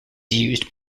used